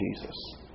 Jesus